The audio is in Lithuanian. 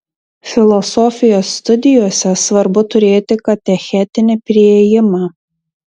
filosofijos studijose svarbu turėti katechetinį priėjimą